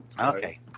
Okay